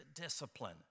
discipline